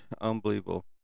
unbelievable